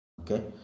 Okay